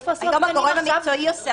הגורם המקצועי היום עושה.